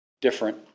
different